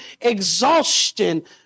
exhaustion